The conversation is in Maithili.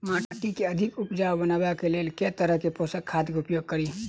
माटि केँ अधिक उपजाउ बनाबय केँ लेल केँ तरहक पोसक खाद केँ उपयोग करि?